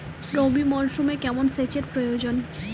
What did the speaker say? রবি মরশুমে কেমন সেচের প্রয়োজন?